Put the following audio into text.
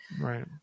Right